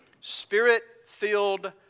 Spirit-Filled